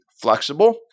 flexible